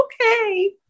okay